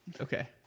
Okay